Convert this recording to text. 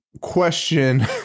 question